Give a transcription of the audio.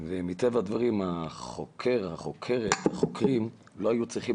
ומטבע הדברים החוקרים לא היו צריכים